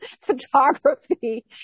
photography